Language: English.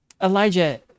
Elijah